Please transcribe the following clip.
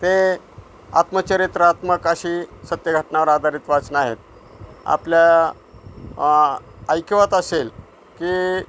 ते आत्मचरित्र आत्मकाशी सत्य घटनावर आधारित वाचन आहेत आपल्या ऐकीवात असेल की